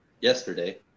yesterday